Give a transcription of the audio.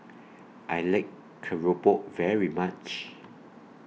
I like Keropok very much